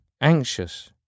anxious